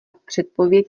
předpověď